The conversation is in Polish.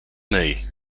myj